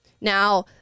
Now